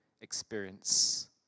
experience